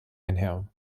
einher